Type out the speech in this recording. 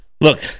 Look